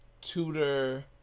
Tudor